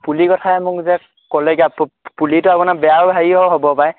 পুলি কথাই মোক যে ক'লেগৈ প পুলিটো আপোনাৰ বেয়াও হেৰিও হ'ব পাৰে